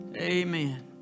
Amen